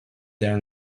their